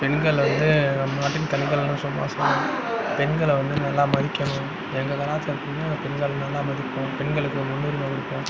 பெண்கள் வந்து நம் நாட்டின் கண்கள்னு சும்மா சொல்லல பெண்கள வந்து நல்லா மதிக்கணும் எங்கல் கலாச்சாரத்தில் பெண்கள நல்லா மதிப்போம் பெண்களுக்கு முன்னுரிமை கொடுப்போம்